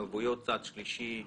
ערבויות צד שלישי,